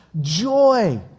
joy